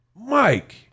Mike